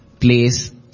place